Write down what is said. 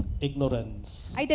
ignorance